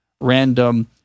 random